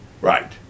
Right